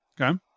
Okay